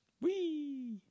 Wee